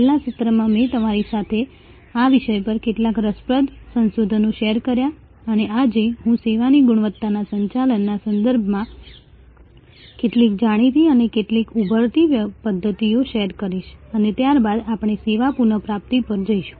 છેલ્લા સત્રમાં મેં તમારી સાથે આ વિષય પર કેટલાક રસપ્રદ સંશોધનો શેર કર્યા અને આજે હું સેવાની ગુણવત્તાના સંચાલનના સંદર્ભમાં કેટલીક જાણીતી અને કેટલીક ઉભરતી પદ્ધતિઓ શેર કરીશ અને ત્યારબાદ આપણે સેવા પુનઃપ્રાપ્તિ પર જઈશું